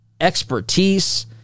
expertise